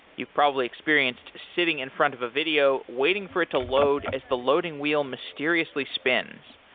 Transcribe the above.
you've probably experienced sitting in front of a video waiting for it to load as the loading wheel mysteriously spins.